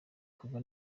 kuva